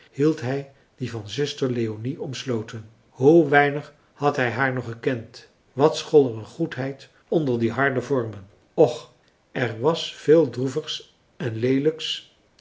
hield hij die van zuster leonie omsloten hoe weinig had hij haar nog gekend wat school er een goedheid onder die harde vormen och er was veel droevigs en leelijks